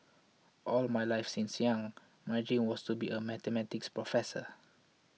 all my life since young my dream was to be a Mathematics professor